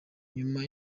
nyuma